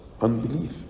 Unbelief